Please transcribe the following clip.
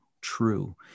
true